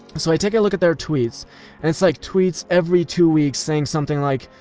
so i take a look at their tweets, and it's like tweets every two weeks saying something like,